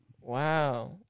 Wow